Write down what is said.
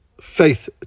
faith